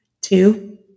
two